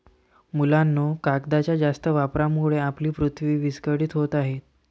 मुलांनो, कागदाच्या जास्त वापरामुळे आपली पृथ्वी विस्कळीत होत आहे